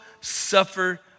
suffer